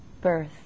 birth